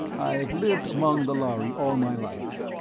i've lived among the lhari all my life.